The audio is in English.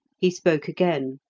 he spoke again.